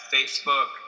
Facebook